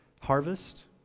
harvest